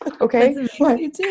Okay